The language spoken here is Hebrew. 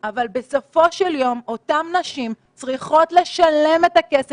אלא זה המתווה המחמיר ביותר אל מול מה שמשרד הבריאות מבקש.